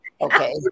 Okay